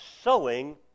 sowing